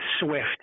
Swift